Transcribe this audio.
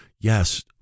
yes